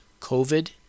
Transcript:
COVID